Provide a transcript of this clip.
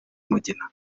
mugina